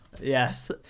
yes